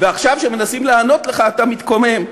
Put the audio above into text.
ועכשיו, כשמנסים לענות לך, אתה מתקומם.